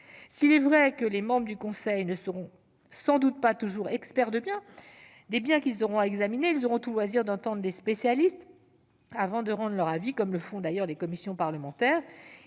S'il est vrai que les membres du conseil ne seront sans doute pas toujours experts des biens qu'ils auront à examiner, ils auront tout loisir d'entendre des spécialistes avant de rendre leur avis, comme le font les commissions parlementaires.